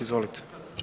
Izvolite.